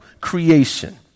creation